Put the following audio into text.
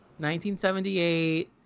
1978